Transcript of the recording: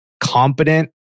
competent